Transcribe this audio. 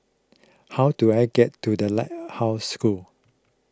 how do I get to the Lighthouse School